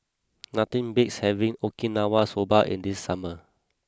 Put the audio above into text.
nothing beats having Okinawa Soba in these summer